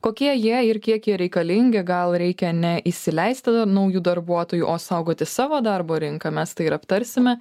kokie jie ir kiek jie reikalingi gal reikia neįsileisti da naujų darbuotojų o saugoti savo darbo rinką mes tai ir aptarsime